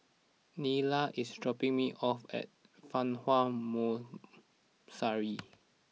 Nila is dropping me off at Fa Hua moan sorry